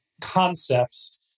concepts